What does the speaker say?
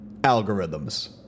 algorithms